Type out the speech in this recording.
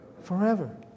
Forever